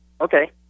Okay